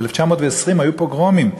ב-1920 היו פוגרומים,